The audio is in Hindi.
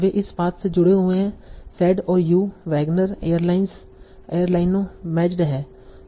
वे इस पाथ से जुड़े हुए हैं सेड और यू वैगनर एयरलाइनों मैचड हैं